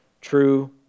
true